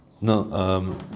No